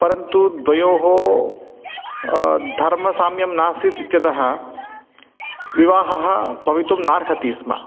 परन्तु द्वयोः धर्मसाम्यं नासीत् इत्यतः विवाहः भवितुं नार्हति स्म